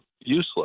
useless